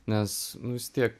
nes nu vistiek